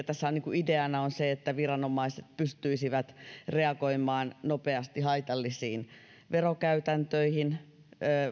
tässä on ideana se että näiden tietojen avulla viranomaiset pystyisivät reagoimaan nopeasti haitallisiin verokäytäntöihin